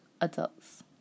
adults